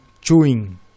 chewing